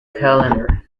calendar